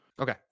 okay